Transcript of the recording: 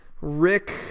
Rick